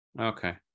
Okay